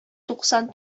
туксан